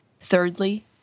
Thirdly